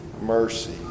mercy